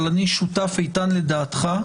אני שותף איתן לדעתך,